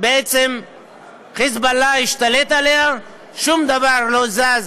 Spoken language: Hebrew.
בעצם "חיזבאללה" השתלט עליה, ושום דבר לא זז